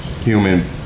Human